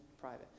private